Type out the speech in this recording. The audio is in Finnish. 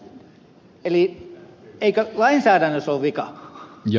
eli eikö lainsäädännössä ole vika